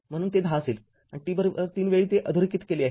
म्हणून ते १० असेल आणि t३ वेळी ते आलेखित केले आहे